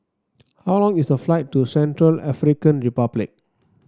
how long is the flight to Central African Republic